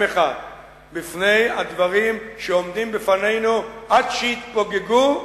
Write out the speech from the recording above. אחד בפני הדברים שעומדים בפנינו עד שיתפוגגו,